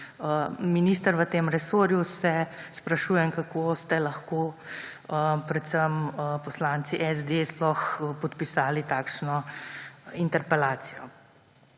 minister v tem resorju, se sprašujem, kako ste lahko predvsem poslanci SD sploh podpisali takšno interpelacijo.